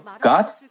God